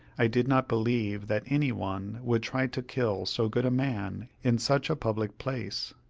i did not believe that any one would try to kill so good a man in such a public place,